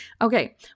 Okay